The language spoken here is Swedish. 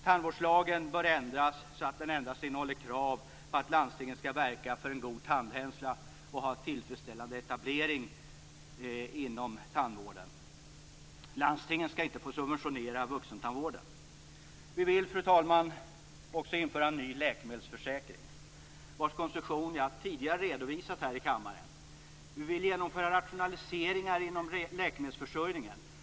Tandvårdslagen bör ändras så att den endast innehåller krav på att landstingen skall verka för en god tandhälsa och ha en tillfredsställande etablering inom tandvården. Landstingen skall inte få subventionera vuxentandvården. Vi vill, fru talman, också införa en ny läkemedelsförsäkring vars konstruktion jag tidigare redovisat här i kammaren. Vi vill genomföra rationaliseringar inom läkemedelsförsörjningen.